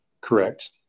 Correct